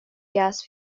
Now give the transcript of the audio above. gas